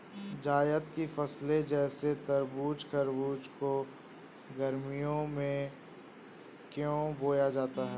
जायद की फसले जैसे तरबूज़ खरबूज को गर्मियों में क्यो बोया जाता है?